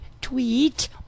tweet